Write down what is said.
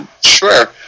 Sure